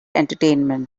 entertainment